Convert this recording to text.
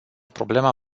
problema